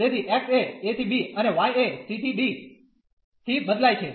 તેથી x એ a ¿ b અને y એ c ¿ d થી બદલાય છે